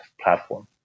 platform